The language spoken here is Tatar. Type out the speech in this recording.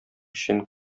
өчен